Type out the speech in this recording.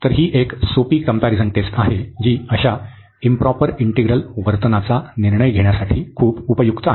तर ही एक सोपी कम्पॅरिझन टेस्ट आहे जी अशा इंप्रॉपर इंटिग्रल वर्तनाचा निर्णय घेण्यासाठी खूप उपयुक्त आहे